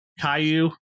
Caillou